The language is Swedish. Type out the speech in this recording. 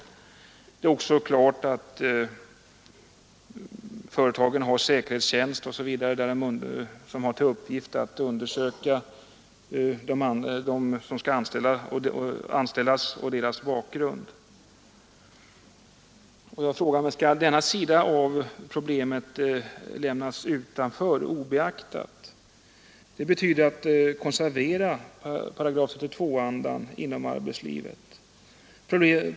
Likaså är det klarlagt att företagen har en säkerhetstjänst med uppgift att undersöka bakgrunden hos dem som eventuellt skall anställas. Skall denna sida av problemet lämnas utanför obeaktad? Det betyder att man konserverar § 32-andan inom arbetslivet.